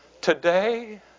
today